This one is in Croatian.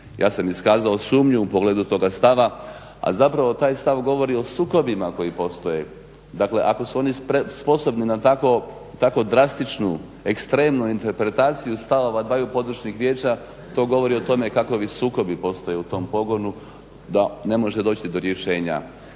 ja sam iskazao sumnju u pogledu toga stava, a zapravo taj stav govori o sukobima koji postoje. Dakle, ako su oni sposobni na tako drastičnu ekstremnu interpretaciju stavova dvaju područnih vijeća to govori o tome kakovi sukobi postoje u tom pogonu da ne može doći do rješenja.